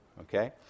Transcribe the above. Okay